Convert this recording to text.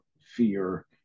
fear